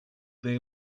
there